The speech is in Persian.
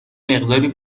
مقداری